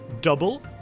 Double